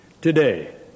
today